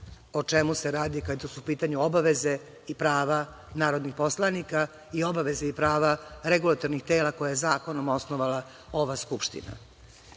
o čemu se radi kada su u pitanju obaveze i prava narodnih poslanika i obaveze i prava regulatornih tela koje je zakonom osnovala ova Skupština.